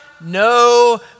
no